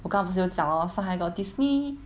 我刚不是有讲 lor 上海 got Disney